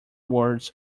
words